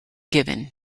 given